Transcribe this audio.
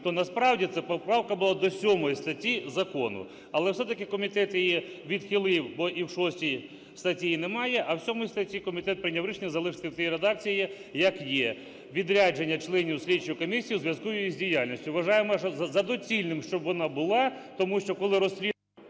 то насправді це поправка була до 7 статті закону. Але все-таки її комітет відхилив, бо і 6 статті її немає, а в 7 статті комітет прийняв рішення залишити в тій редакції, як є: "Відрядження членів слідчої комісії у зв'язку з її діяльністю". Вважаємо за доцільне, щоб вона була, тому що, коли… ГОЛОВУЮЧИЙ.